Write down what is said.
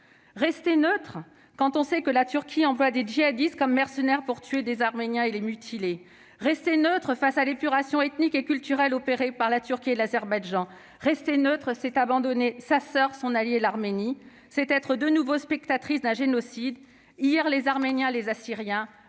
Rester neutre, quand on sait que la Turquie emploie des djihadistes comme mercenaires pour tuer des Arméniens et les mutiler ? Rester neutre, face à l'épuration ethnique et culturelle opérée par la Turquie et l'Azerbaïdjan ? Rester neutre, pour la France, c'est abandonner sa soeur et alliée l'Arménie. C'est être de nouveau spectatrice d'un génocide : hier les Arméniens et les Assyriens,